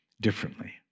differently